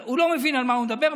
הוא לא מבין על מה הוא מדבר.